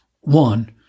one